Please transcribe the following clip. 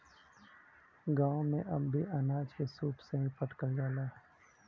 गांव में अब भी अनाज के सूप से ही फटकल जाला